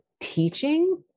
teaching